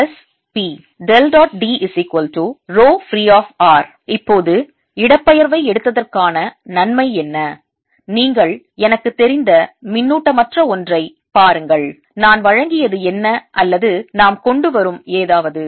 இப்போது இடப்பெயர்வை எடுத்ததற்கான நன்மை என்ன நீங்கள் எனக்குத் தெரிந்த மின்னூட்டமற்ற ஒன்றை பாருங்கள் நான் வழங்கியது என்ன அல்லது நாம் கொண்டு வரும் ஏதாவது